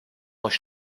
muss